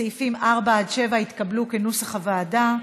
סעיפים 4 7 התקבלו כנוסח הוועדה.